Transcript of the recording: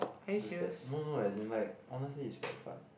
just that no no as in like honestly it's quite fun